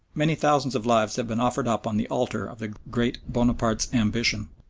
many thousands of lives had been offered up on the altar of the great bonaparte's ambition.